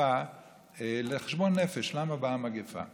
אספה לחשבון נפש, למה באה מגפה.